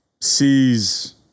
sees